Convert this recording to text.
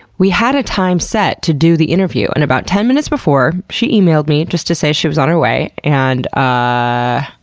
we had a time set to do the interview, and about ten minutes before, she emailed me just to say she was on her way, and ah